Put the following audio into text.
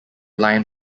line